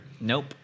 Nope